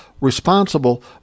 responsible